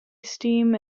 steam